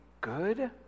good